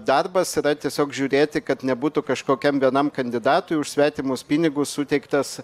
darbas yra tada tiesiog žiūrėti kad nebūtų kažkokiam vienam kandidatui už svetimus pinigus suteiktas